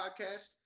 podcast